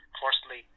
firstly